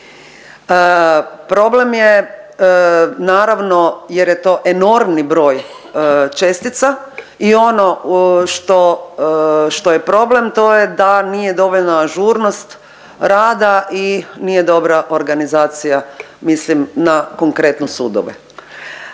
Problem je naravno jer je to enormni broj čestica i ono što, što je problem to je da nije dovoljno ažurnost rada i nije dobra organizacija, mislim na konkretno sudove.